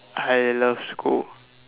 I love school